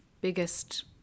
biggest